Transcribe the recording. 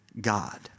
God